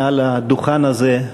מעל הדוכן הזה,